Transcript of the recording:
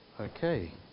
Okay